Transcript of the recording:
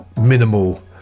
minimal